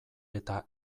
eta